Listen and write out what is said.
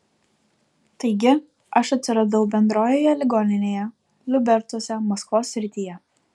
taigi aš atsiradau bendrojoje ligoninėje liubercuose maskvos srityje